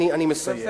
אני מסיים.